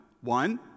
one